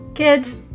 kids